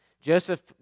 Joseph